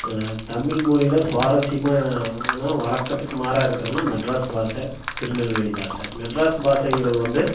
தமிழ் மொழில சுவாரசியமானா வழக்கத்துக்கு மாறாக இருக்கிறதுனா மெட்ராஸ் பாஷை திருநெல்வேலி பாஷை மெட்ராஸ் பாஷைங்கிறது வந்து